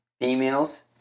females